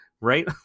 right